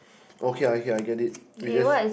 okay ah okay I get it we just